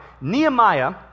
Nehemiah